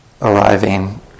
arriving